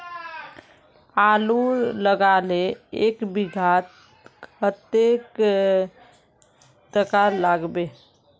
आलूर लगाले एक बिघात कतेक टका लागबे?